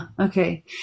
Okay